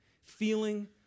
feeling